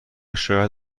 شاید